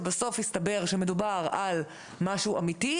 שבסוף הסתבר שמדובר על משהו אמיתי,